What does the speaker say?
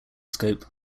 scope